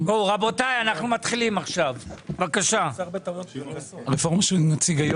אנחנו רואים מלאי אדיר של עשרות שנים קדימה של קצב הבנייה